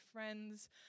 friends